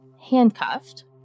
handcuffed